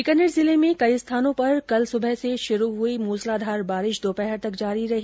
बीकानेर जिले में कई स्थानों पर कल सुबह से शुरू हुई मूसलाधार बारिश दोपहर तक जारी रही